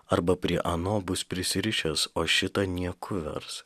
arba prie ano bus prisirišęs o šitą nieku vers